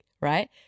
right